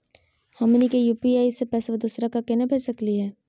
हमनी के यू.पी.आई स पैसवा दोसरा क केना भेज सकली हे?